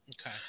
Okay